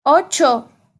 ocho